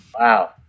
Wow